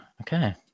okay